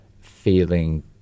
feeling